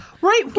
Right